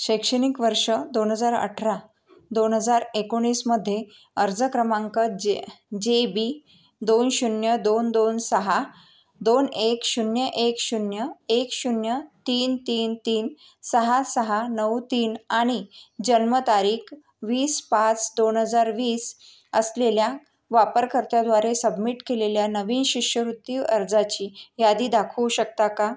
शैक्षणिक वर्ष दोन हजार अठरा दोन हजार एकोणीसमध्ये अर्ज क्रमांक जे जे बी दोन शून्य दोन दोन सहा दोन एक शून्य एक शून्य एक शून्य तीन तीन तीन सहा सहा नऊ तीन आणि जन्मतारीख वीस पाच दोन हजार वीस असलेल्या वापरकर्त्याद्वारे सबमिट केलेल्या नवीन शिष्यवृत्ती अर्जाची यादी दाखवू शकता का